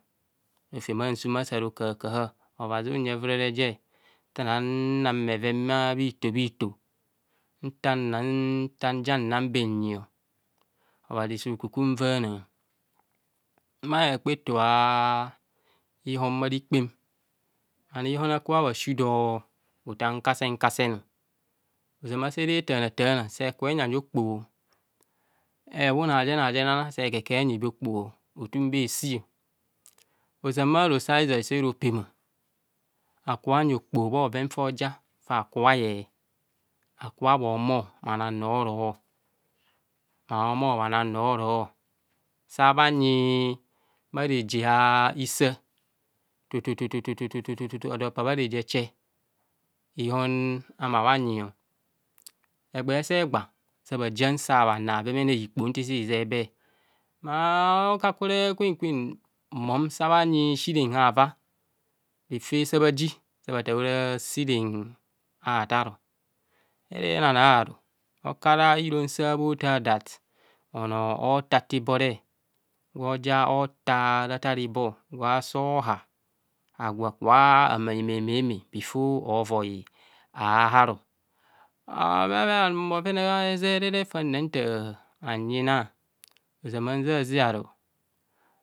Rotem asum asa ro kahakaha. abhazi hunyi evurere je nta na nang bhaven bhito bhito, nta joug nang bee nyi ọ obhazi su kukunvaana, bhaa kpaeto ihon bharikpan, bha noo ihon akubha shi do btrutan kasen kasen ọ ozoma sere taana taana, se kubho enyi bee okpoho ehuhun ajen ajenana se kunbho onyi bee okpohọọ hutun bee heshi ọ. Ozama rosoazio saa ropema, akubho anyi okpoho bhaoven fo ja fe hakubho aye, akubo bho humo bhanang rọrọọ, bhohumo bhanang rọrọ ọ, sa bhanyi bha reje isaa, tutututu odo pa bha reje eche, ihon amaa nyi, egbee se gba sa bha jieng bha na ikotho nto sii zep bee. Bha kakure kwen kwen, mon sa bha na, sireng avaa, refe saa bhaji, sa bha taa ora sireng atarọ, ere na- na na ru, okura, herom saa bho taa that ọnọọ otate bore, gwo ja ota ratara ibo gwa so ha, agwo akubo ame- me- me befor ovoi a harọ, anam bhoron aezure hanyina ozama nzazaro